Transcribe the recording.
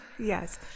Yes